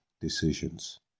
decisions